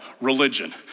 religion